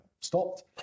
stopped